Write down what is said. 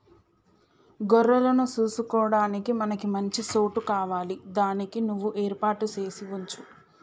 గొర్రెలను సూసుకొడానికి మనకి మంచి సోటు కావాలి దానికి నువ్వు ఏర్పాటు సేసి వుంచు